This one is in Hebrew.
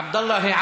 עבדאללה,